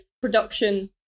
production